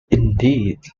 indeed